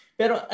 pero